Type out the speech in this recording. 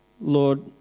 Lord